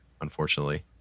unfortunately